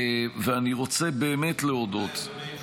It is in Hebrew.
ואני רוצה באמת להודות --- אדוני,